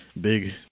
big